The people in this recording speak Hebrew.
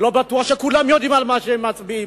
אני לא בטוח שכולם יודעים על מה הם מצביעים.